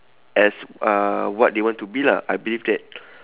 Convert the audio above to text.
as uh what they want to be lah I believe that